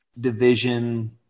division